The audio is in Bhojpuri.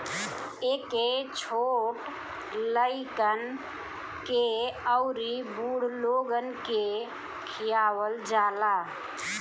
एके छोट लइकन के अउरी बूढ़ लोगन के खियावल जाला